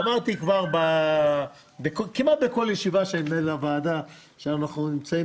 אמרתי כבר כמעט בכל ישיבה של הוועדה שאנחנו נמצאים